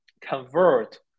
convert